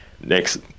next